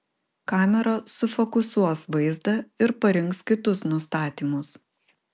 kamera sufokusuos vaizdą ir parinks kitus nustatymus